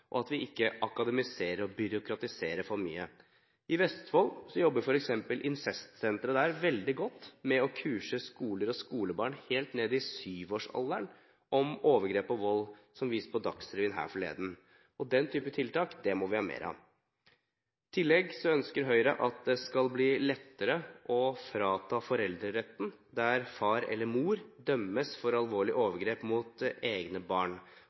og at vi ikke akademiserer og byråkratiserer for mye. I Vestfold jobber f.eks. incestsenteret veldig godt med å kurse skoler og skolebarn helt ned i syvårsalderen om overgrep og vold, som vist på Dagsrevyen her forleden. Denne type tiltak må vi ha mer av. I tillegg ønsker Høyre at det skal bli lettere å frata foreldreretten der far eller mor dømmes for alvorlige overgrep mot egne barn.